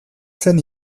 zen